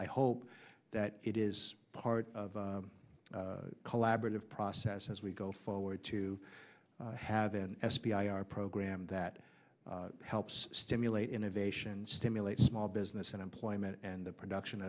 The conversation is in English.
i hope that it is part of a collaborative process as we go forward to have an f b i our program that helps stimulate innovation stimulate small business and employment and the production